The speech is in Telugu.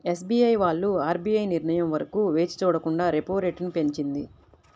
ఎస్బీఐ వాళ్ళు ఆర్బీఐ నిర్ణయం వరకు వేచి చూడకుండా రెపో రేటును పెంచింది